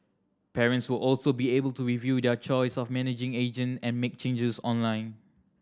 parents will also be able to review their choice of managing agent and make changes online